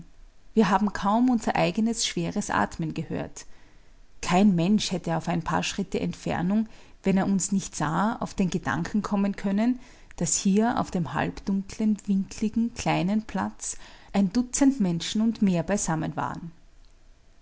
wir haben kaum unser eigenes schweres atmen gehört kein mensch hätte auf ein paar schritte entfernung wenn er uns nicht sah auf den gedanken kommen können daß hier auf dem halbdunklen winkligen kleinen platz ein dutzend menschen und mehr beisammen waren